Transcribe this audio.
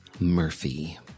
Murphy